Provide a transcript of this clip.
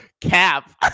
Cap